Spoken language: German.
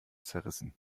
zerrissen